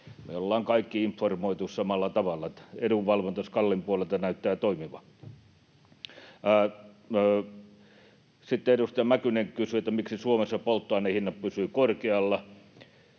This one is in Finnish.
on kaikki informoitu samalla tavalla ja edunvalvonta SKALin puolelta näyttää toimivan. Sitten edustaja Mäkynen kysyi, miksi Suomessa polttoaineiden hinnat pysyvät korkealla: